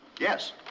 Yes